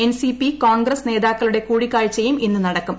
NCP Congress നേതാക്കളുടെ കൂടിക്കാഴ്ചയും ഇന്ന് നടക്കും